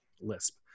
lisp